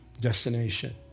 destination